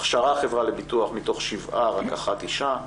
הכשרה חברה לביטוח, מתוך שבעה, רק אחת אישה.